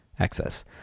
Access